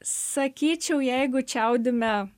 sakyčiau jeigu čiaudime